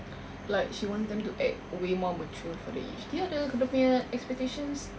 like she wants them to act way more mature for their age dia ada dia punya expectations